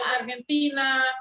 Argentina